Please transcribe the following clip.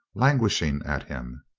languishing at him.